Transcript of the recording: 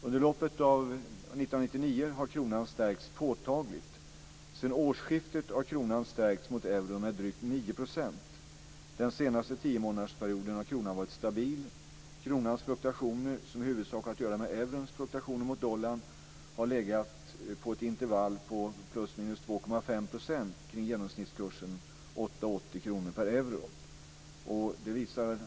Under loppet av år 1999 har kronan stärkts påtagligt. Sedan årsskiftet har kronan stärkts mot euron med drygt 9 %. Den senaste tiomånadersperioden har kronan varit stabil. Kronans fluktuationer, som i huvudsak har att göra med eurons fluktuationer mot dollarn, har legat på ett intervall på plus minus 2,5 % kring genomsnittskursen 8:80 kr per euro.